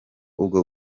ubwo